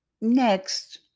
next